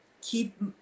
keep